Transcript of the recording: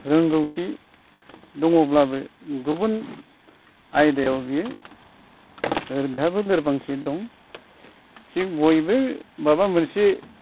रोंगौथि दङब्लाबो गुबुन आयदायाव बियो बेहाबो लोरबांथि दं थिग बयबो माबा मोनसे